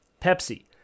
Pepsi